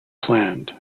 planned